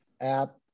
app